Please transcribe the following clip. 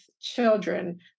children